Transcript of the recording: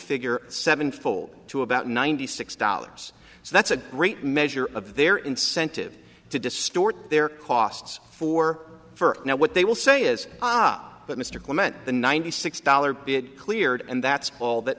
figure seven fold to about ninety six dollars so that's a great measure of their incentive to distort their costs for now what they will say is up but mr clement the ninety six dollars bid cleared and that's all that